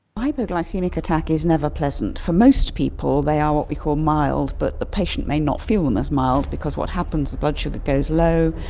hypoglycaemic attack is never pleasant. for most people they are what we call mild, but the patient may not feel them as mild because what happens is the blood sugar goes low,